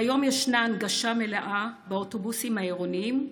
כיום ישנה הנגשה מלאה באוטובוסים העירוניים,